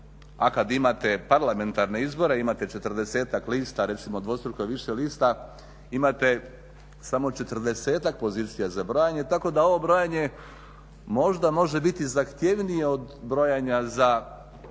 a kada imate parlamentarne izbore imate 40-ak lista recimo dvostruko više lista, imate samo 40-ak pozicija za brojanje, tako da ovo brojanje možda može biti zahtjevnije od brojanja u